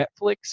Netflix